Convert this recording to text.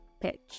pitch